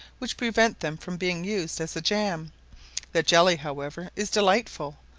which prevent them from being used as a jam the jelly, however, is delightful,